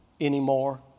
anymore